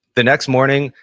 the next morning.